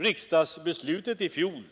Riksdagsbeslutet i fjol,